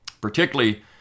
particularly